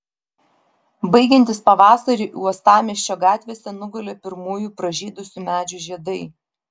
baigiantis pavasariui uostamiesčio gatvėse nugulė pirmųjų pražydusių medžių žiedai